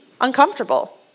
uncomfortable